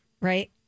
right